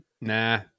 Nah